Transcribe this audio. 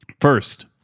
First